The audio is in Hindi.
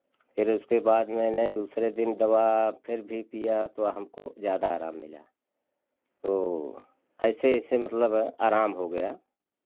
फिर उसके बाद मैंने दूसरे दिन दवा फिर भी पीया तो हमको ज़्यादा आराम मिला तो ऐसे ऐसे मतलब आराम हो गया